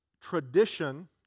tradition